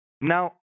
now